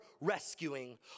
rescuing